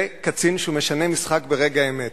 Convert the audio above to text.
זה קצין שמשנה משחק ברגע האמת.